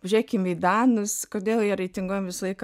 pažiūrėkim į danus kodėl jie reitinguojami visą laiką